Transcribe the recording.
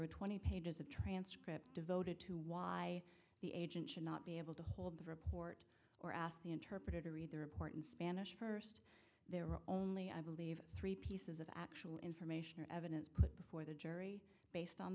are twenty pages of transcript devoted to why the agent should not be able to hold the report or ask the interpreter read their important spanish first there are only i believe three pieces that will information or evidence put before the jury based on